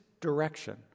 direction